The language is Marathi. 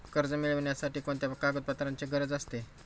कर्ज मिळविण्यासाठी कोणत्या कागदपत्रांची गरज असते?